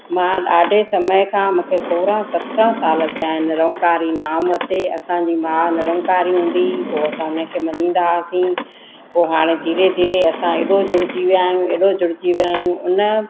मां ॾाढे समय खां मूंखे सोरहां सतरहां साल थिया आहिनि निरंकारी नाम वरिते असांजी माउ निरंकारी हूंदी पोइ असां उन खे मञींदासीं पोइ हाणे धीरे धीरे असां अहिड़ो जुड़िजी विया आहियूं अहिड़ो जुड़िजी विया आहियूं उन